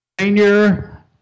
Senior